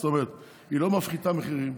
זאת אומרת, היא לא מפחיתה מחירים,